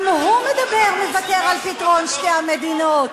גם הוא מוותר על פתרון שתי המדינות,